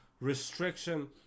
restriction